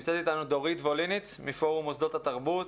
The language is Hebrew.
דורית ווליניץ, חברת הנהלת פורום מוסדות התרבות.